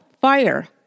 Fire